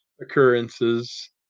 occurrences